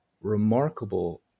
remarkable